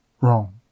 wrong